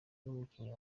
n’umukinnyi